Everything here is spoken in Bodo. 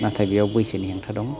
नाथाय बेयाव बैसोनि हेंथा दं